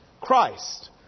Christ